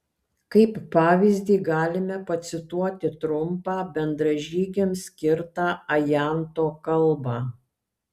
kaip pavyzdį galime pacituoti trumpą bendražygiams skirtą ajanto kalbą